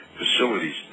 facilities